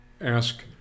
ask